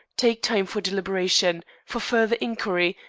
take time for deliberation, for further inquiry,